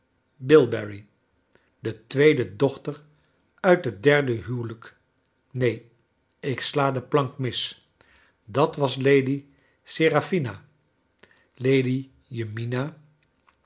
de tweede dochter uit het dcrde huwelijk neen ik sla de plank mis dal was lady seraphina